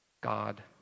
God